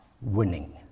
winning